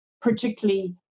particularly